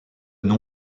nom